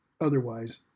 Otherwise